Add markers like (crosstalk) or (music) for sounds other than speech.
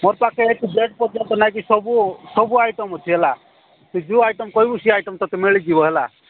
ମୋ ପାଖରେ (unintelligible) ନାଇ କି ସବୁ ସବୁ ଆଇଟମ୍ ଅଛି ହେଲା ତୁ ଯୋଉ ଆଇଟମ୍ କହିବୁ ସେଇ ଆଇଟମ୍ ତୋତେ ମିଳି ଯିବ ହେଲା